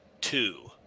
two